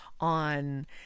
on